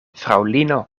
fraŭlino